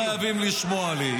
דרך אגב, לא חייבים לשמוע לי.